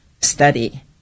study